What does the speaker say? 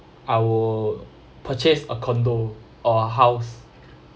I will purchase a condo or a house